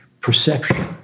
Perception